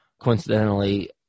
coincidentally